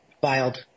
filed